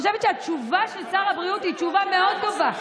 אני חושבת שהתשובה של שר הבריאות היא תשובה מאוד טובה.